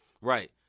Right